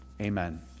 Amen